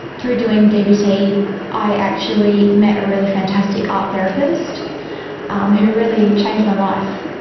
through doing dbt i actually met a really fantastic art therapist um who really changed my life.